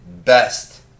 Best